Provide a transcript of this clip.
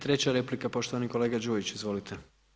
I treća replika, poštovani kolega Đujić, izvolite.